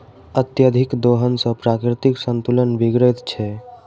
अत्यधिक दोहन सॅ प्राकृतिक संतुलन बिगड़ैत छै